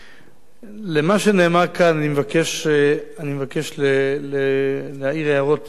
למה שנאמר כאן אני מבקש להעיר הערות ספורות בלבד.